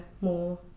more